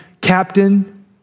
captain